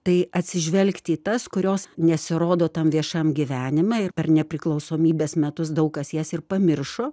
tai atsižvelgti į tas kurios nesirodo tam viešam gyvenime ir per nepriklausomybės metus daug kas jas ir pamiršo